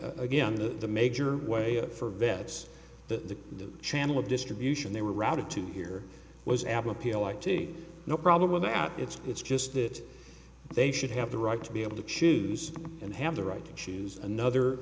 again the major way for vets the channel of distribution they were routed to here was apple appeal like to no problem with that it's it's just that they should have the right to be able to choose and have the right to choose another